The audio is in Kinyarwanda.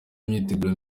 imyiteguro